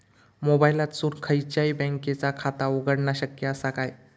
मोबाईलातसून खयच्याई बँकेचा खाता उघडणा शक्य असा काय?